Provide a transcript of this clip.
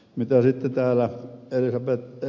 mitä täällä ed